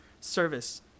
service